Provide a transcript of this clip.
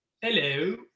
hello